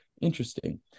interesting